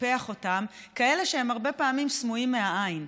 לטפח אותם, כאלה שהם הרבה פעמים סמויים מהעין.